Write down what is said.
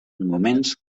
moments